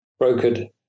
brokered